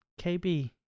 KB